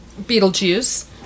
Beetlejuice